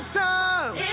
time